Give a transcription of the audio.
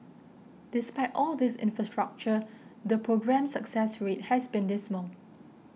despite all this infrastructure the programme's success rate has been dismal